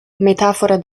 metafora